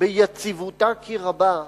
ביציבותה כי רבה,